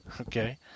Okay